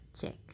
check